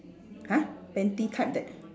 !huh! panty type that